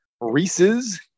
Reese's